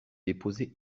déposer